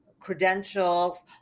credentials